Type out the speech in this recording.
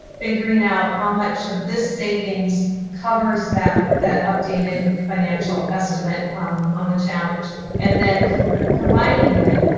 figuring out how much of this savings covers that that updated financial estimate on the challenge and then combining it,